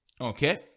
Okay